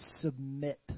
submit